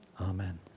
Amen